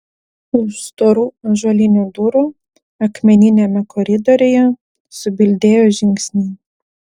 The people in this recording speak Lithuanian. už storų ąžuolinių durų akmeniniame koridoriuje subildėjo žingsniai